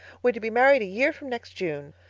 we're to be married a year from next june.